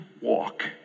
walk